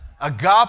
Agape